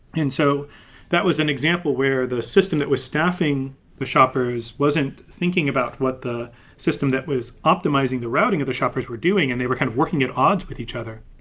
and so that was an example where the system that was staffing the shoppers wasn't thinking about what the system that was optimizing the routing of the shoppers were doing and they were kind of working at odds with each other.